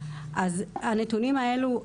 אז הנתונים האלו,